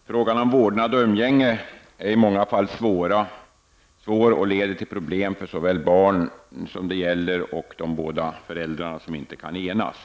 Herr talman! Frågan om vårdnad och umgänge är i många fall svår. Det blir problem för såväl det barn som det gäller som de båda föräldrar som inte kan enas.